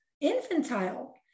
infantile